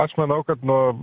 aš manau kad nuo